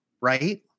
right